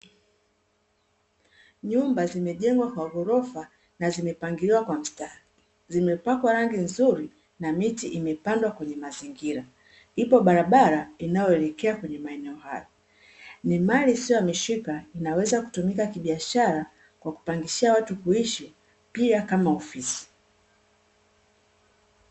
Nyumba zimejengwa kwa ghorofa na zimepangiliwa kwa mstari, zimepakwa rangi nzuri na miti imepandwa kwenye mazingira, ipo barabara inayoelekea kwenye maeneo hayo. Ni mali isiyo hamishika, inaweza kutumika kibiashara kwa kupangishia watu kuishi, pia kama ofisi.